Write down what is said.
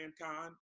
mankind